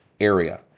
area